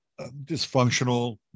dysfunctional